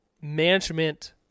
management